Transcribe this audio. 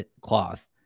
cloth